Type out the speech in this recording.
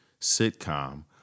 sitcom